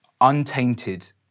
untainted